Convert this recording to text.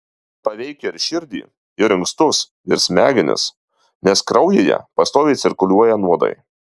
paveikia ir širdį ir inkstus ir smegenis nes kraujyje pastoviai cirkuliuoja nuodai